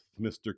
Mr